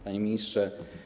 Panie Ministrze!